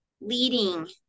leading